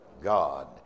God